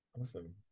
awesome